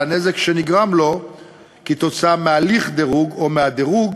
הנזק שנגרם לו כתוצאה מהליך דירוג או מהדירוג,